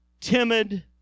timid